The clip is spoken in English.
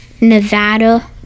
Nevada